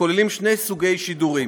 כוללים שני סוגי שידורים: